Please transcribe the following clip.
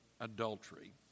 adultery